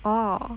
orh